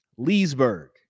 leesburg